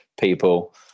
people